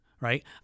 right